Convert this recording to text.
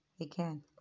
Again